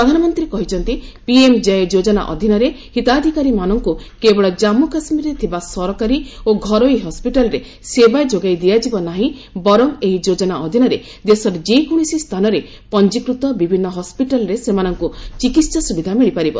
ପ୍ରଧାନମନ୍ତ୍ରୀ କହିଛନ୍ତି ପିଏମ୍ କୟ ଯୋଜନା ଅଧୀନରେ ହିତାଧିକାରୀମାନଙ୍କୁ କେବଳ କାଞ୍ମୁ କାଶ୍ମୀରରେ ଥିବା ସରକାରୀ ଓ ଘରୋଇ ହସ୍କିଟାଲରେ ସେବା ଯୋଗାଇ ଦିଆଯିବ ନାହିଁ ବରଂ ଏହି ଯୋଜନା ଅଧୀନରେ ଦେଶର ଯେକୌଣସି ସ୍ଥାନରେ ପଞ୍ଜିକୃତ ବିଭିନ୍ନ ହସ୍କିଟାଲ୍ରେ ସେମାନଙ୍କୁ ଚିକିତ୍ସା ସୁବିଧା ମିଳିପାରିବ